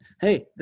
Hey